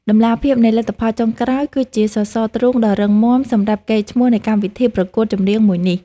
តម្លាភាពនៃលទ្ធផលចុងក្រោយគឺជាសរសរទ្រូងដ៏រឹងមាំសម្រាប់កេរ្តិ៍ឈ្មោះនៃកម្មវិធីប្រកួតចម្រៀងមួយនេះ។